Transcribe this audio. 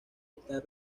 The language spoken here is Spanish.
estar